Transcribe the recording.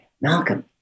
Malcolm